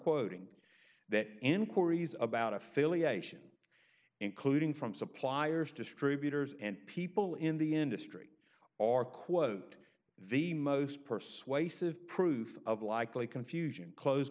quoting that inquiries about affiliation including from suppliers distributors and people in the industry are quote the most persuasive proof of likely confusion close